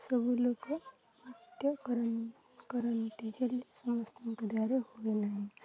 ସବୁ ଲୋକ ନତ୍ୟ କରନ୍ତି ହେଲେ ସମସ୍ତଙ୍କ ଦ୍ୱାରା ହୁଏ ନାହିଁ